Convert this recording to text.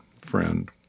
friend